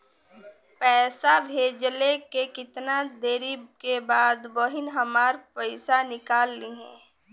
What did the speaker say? पैसा भेजले के कितना देरी के बाद बहिन हमार पैसा निकाल लिहे?